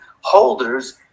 holders